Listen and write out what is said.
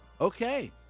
Okay